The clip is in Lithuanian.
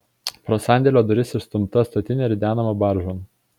pro sandėlio duris išstumta statinė ridenama baržon